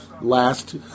last